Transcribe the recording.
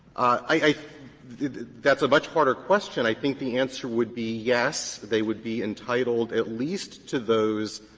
i that's a much harder question. i think the answer would be yes, they would be entitled at least to those